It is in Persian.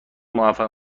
موفق